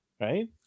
Right